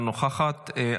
אינה נוכחת,